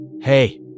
Hey